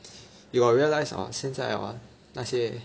you got realise or not 现在 hor 那些